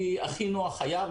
כי הכי נוח היה,